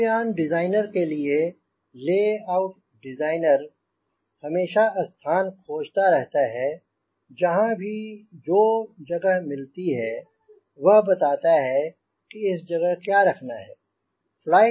वायुयान डिज़ाइनर के लिए लेआउट डिज़ाइनर हमेशा स्थान खोजता रहता है जहांँ भी जो भी जगह मिलती है वह बताता है कि इस जगह क्या रखना है